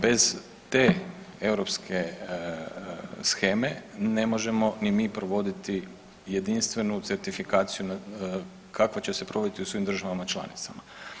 Bez te europske sheme ne možemo ni mi provoditi jedinstvenu certifikaciju kakva će se provoditi u svim državama članicama.